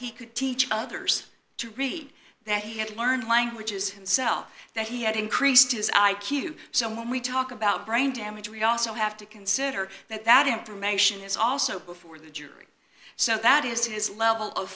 he could teach others to read that he had to learn languages himself that he had increased his i q some when we talk about brain damage we also have to consider that that information is also before the jury so that is his level of